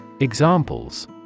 Examples